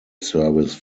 service